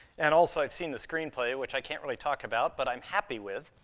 and also, i've seen the screenplay which i can't really talk about, but i'm happy with,